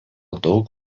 daug